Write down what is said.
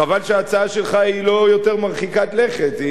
חבל שההצעה שלך לא מרחיקה לכת יותר.